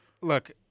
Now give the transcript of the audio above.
look